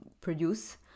produce